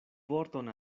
vorton